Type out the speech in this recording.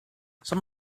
some